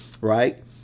right